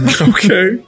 Okay